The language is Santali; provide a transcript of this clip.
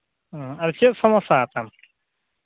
ᱪᱮᱫ ᱥᱚᱢᱚᱥᱥᱟ ᱛᱟᱢ